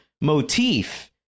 motif